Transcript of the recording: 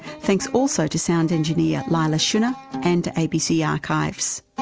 thanks also to sound engineer leila schunnar and abc archives.